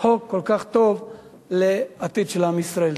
חוק כל כך טוב לעתיד של עם ישראל.